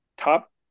top